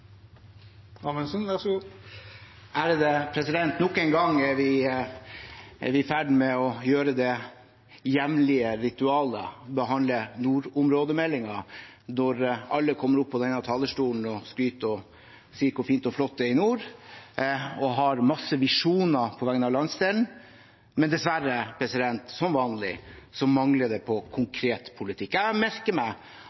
vi i ferd med å gjøre det jevnlige ritualet: Å behandle nordområdemeldingen, der alle kommer opp på denne talerstolen og skryter og sier hvor fint og flott det er i nord, har masse visjoner på vegne av landsdelen, men dessverre mangler det – som vanlig – konkret politikk. Jeg merker meg at det